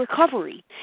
recovery